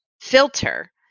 filter